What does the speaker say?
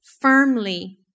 firmly